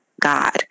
God